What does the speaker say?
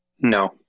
No